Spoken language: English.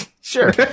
Sure